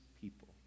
people